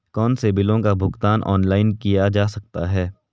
कौनसे बिलों का भुगतान ऑनलाइन किया जा सकता है?